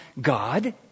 God